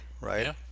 right